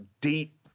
deep